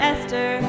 Esther